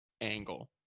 angle